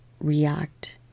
react